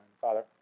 Father